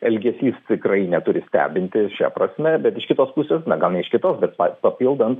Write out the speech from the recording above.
elgesys tikrai neturi stebinti šia prasme bet iš kitos pusės na gal ne iš kitos bet pa papildant